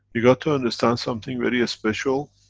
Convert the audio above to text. you got to understand something very special.